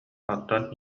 оттон